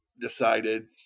decided